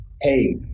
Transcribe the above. hey